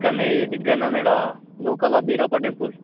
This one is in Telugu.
ఇక్కడ దగ్గర అన్న ఈడ లోకల్లో బీరప్ప టెంపుల్